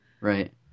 Right